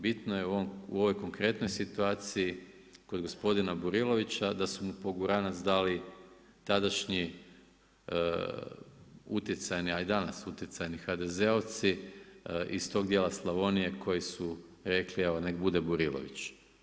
Bitno je u ovoj konkretnoj situaciji kod gospodina Burilovića da su mu poguranac dali tadašnji utjecajni, a i danas utjecajni HDZ-ovci iz tog dijela Slavonije koji su rekli evo nek' bude Burilović.